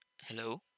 Hello